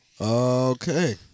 Okay